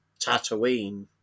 Tatooine